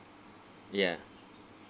ya